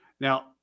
now